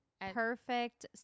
perfect